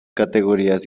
categorías